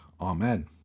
Amen